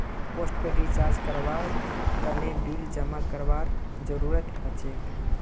postpaid recharge करवार तने bill जमा करवार जरूरत हछेक